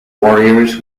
warriors